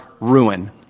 ruin